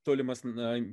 tolimas na